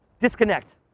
disconnect